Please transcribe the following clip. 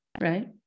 Right